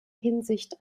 hinsicht